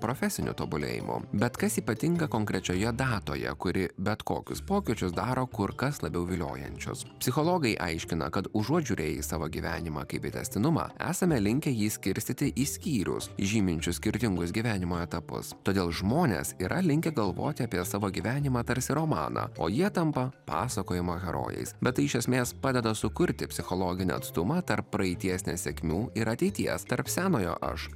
profesiniu tobulėjimu bet kas ypatinga konkrečioje datoje kuri bet kokius pokyčius daro kur kas labiau viliojančius psichologai aiškina kad užuot žiūrėję į savo gyvenimą kaip į tęstinumą esame linkę jį skirstyti į skyrius žyminčius skirtingus gyvenimo etapus todėl žmonės yra linkę galvoti apie savo gyvenimą tarsi romaną o jie tampa pasakojimo herojais bet tai iš esmės padeda sukurti psichologinį atstumą tarp praeities nesėkmių ir ateities tarp senojo aš